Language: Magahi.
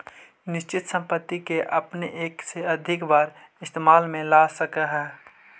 निश्चित संपत्ति के अपने एक से अधिक बार इस्तेमाल में ला सकऽ हऽ